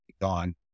gone